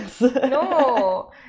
No